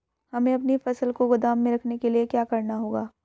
हमें अपनी फसल को गोदाम में रखने के लिये क्या करना होगा?